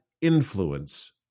influence